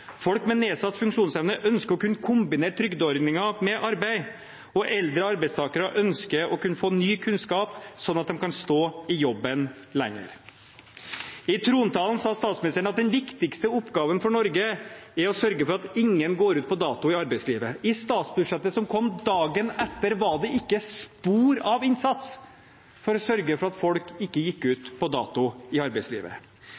folk med nedsatt funksjonsevne ønsker å kunne kombinere trygdeordninger med arbeid, og eldre arbeidstakere ønsker å kunne få ny kunnskap, sånn at de kan stå i jobben lenger. I trontalen sa statsministeren at den viktigste oppgaven for Norge er å sørge for at ingen går ut på dato i arbeidslivet. I statsbudsjettet som kom dagen etter, var det ikke spor av innsats for å sørge for at folk ikke